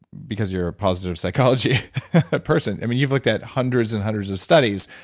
because you're a positive psychology person, i mean you've looked at hundreds and hundreds of studies,